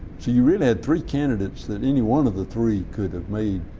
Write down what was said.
so you really had three candidates that any one of the three could have made,